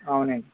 అవును అండి